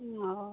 नहि